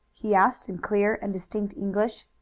he asked in clear and distinct english.